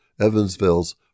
Evansville's